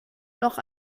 noch